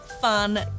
fun